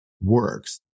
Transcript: works